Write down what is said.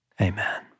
amen